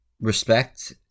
respect